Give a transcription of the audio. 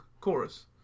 chorus